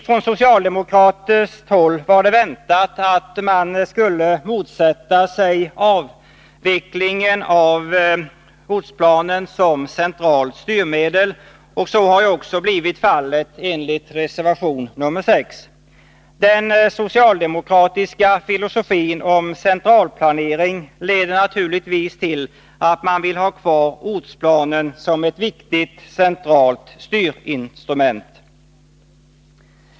Från socialdemokratiskt håll var det väntat att man skulle motsätta sig avvecklingen av ortsplanen som centralt styrmedel, och så har också blivit fallet enligt reservation nr 6. Den socialdemokratiska filosofin om centralplanering leder naturligtvis till att man vill ha kvar ortsplanen som ett viktigt centralt styrinstrument.